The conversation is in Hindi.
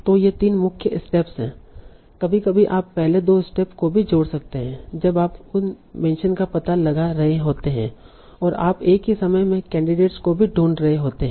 तो ये तीन मुख्य स्टेप्स हैं कभी कभी आप पहले दो स्टेप्स को भी जोड़ सकते हैं जब आप उन मेंशन का पता लगा रहे होते हैं जो आप एक ही समय में कैंडिडेट्स को भी ढूंढ रहे होते हैं